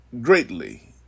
greatly